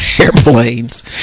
Airplanes